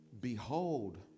behold